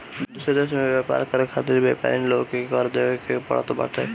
दूसरा देस में व्यापार करे खातिर व्यापरिन लोग के कर देवे के पड़त बाटे